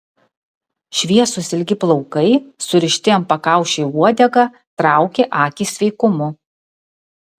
šviesūs ilgi plaukai surišti ant pakaušio į uodegą traukė akį sveikumu